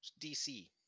DC